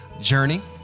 journey